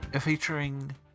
featuring